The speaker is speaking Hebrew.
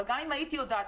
אבל גם לו ידעתי,